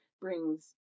brings